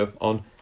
on